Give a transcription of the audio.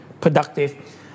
productive